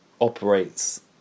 operates